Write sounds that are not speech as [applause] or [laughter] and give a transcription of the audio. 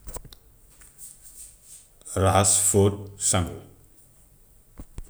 [noise] raxas, fóot, sangu.